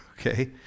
okay